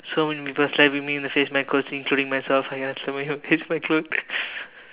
so many people slapping me in the face myself including myself I got someone who my clothes